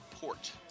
port